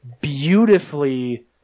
beautifully